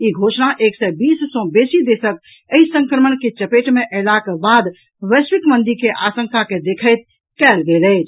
ई घोषणा एक सय बीस सॅ बेसी देशक एहि संक्रमण के चपेट मे अयलाक बाद वैश्विक मंदी के आशंका के देखैत कयल गेल अछि